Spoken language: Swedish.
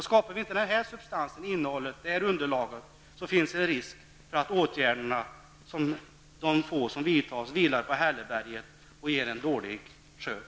Skapar vi inte denna substans, detta innehåll och detta underlag finns det risk för att de få åtgärder som vidtas får vila på Hälleberget och ger en dålig skörd.